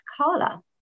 Carla